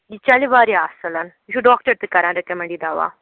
یہِ چَلہِ واریاہ اَصٕلَن یہِ چھُ ڈاکٹر تہِ کَران رِکمنٛڈ یہِ دَوا